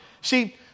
See